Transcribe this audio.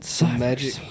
Magic